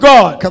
God